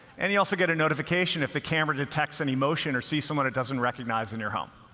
and you also get a notification if the camera detects any motion or sees someone it doesn't recognize in your home.